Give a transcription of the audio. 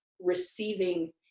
receiving